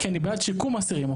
כי זה שיקום אסירים.